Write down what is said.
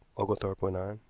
oglethorpe went on.